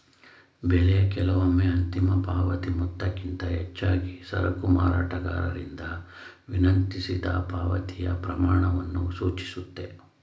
ಬೆಲೆ ಕೆಲವೊಮ್ಮೆ ಅಂತಿಮ ಪಾವತಿ ಮೊತ್ತಕ್ಕಿಂತ ಹೆಚ್ಚಾಗಿ ಸರಕು ಮಾರಾಟಗಾರರಿಂದ ವಿನಂತಿಸಿದ ಪಾವತಿಯ ಪ್ರಮಾಣವನ್ನು ಸೂಚಿಸುತ್ತೆ